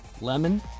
lemon